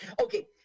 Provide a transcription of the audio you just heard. okay